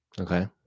Okay